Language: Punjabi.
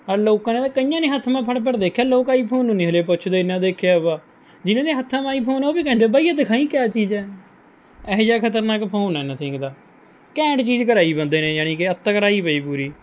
ਔਰ ਲੋਕਾਂ ਨੇ ਨਾ ਕਈਆਂ ਨੇ ਹੱਥ ਮ ਫੜ ਫੜ ਦੇਖਿਆ ਲੋਕ ਆਈਫੋਨ ਨੂੰ ਨੀ ਹਾਲੇ ਪੁੱਛਦੇ ਇਹਨਾਂ ਦੇਖਿਆ ਵਾ ਜਿਨਾਂ ਨੇ ਹੱਥਾਂ ਮ ਹੀ ਫੋਨ ਆ ਉਹ ਵੀ ਕਹਿੰਦੇ ਬਾਈ ਇਹ ਦਿਖਾਈ ਕਿਆ ਚੀਜ਼ ਹੈ ਇਹੋ ਜਿਹਾ ਖਤਰਨਾਕ ਫੋਨ ਹੈ ਨਥਿੰਗ ਦਾ ਘੈਂਟ ਚੀਜ਼ ਕਰਾਈ ਬੰਦੇ ਨੇ ਜਾਣੀ ਕਿ ਅੱਤ ਕਰਾਈ ਪਈ ਪੂਰੀ